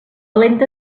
lenta